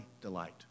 delight